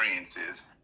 experiences